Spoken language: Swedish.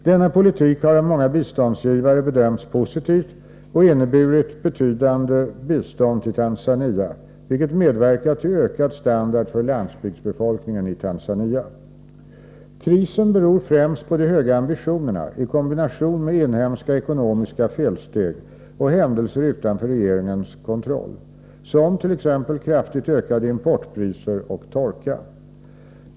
Denna politik har av många biståndsgivare bedömts positiv och inneburit betydande bistånd till Tanzania, vilket medverkat till ökad standard för landsbygdsbefolkningen i Tanzania. Krisen beror främst på de höga ambitionerna i kombination med inhemska ekonomiska felsteg och händelser utanför regeringens kontroll, t.ex. kraftigt ökade importpriser och torka.